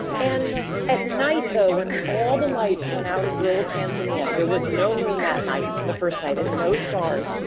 and at night, though, when all the lights went out in rural tanzania, and there was no moon that night, the first night, and no stars,